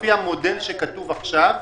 לפי המודל שכתוב עכשיו,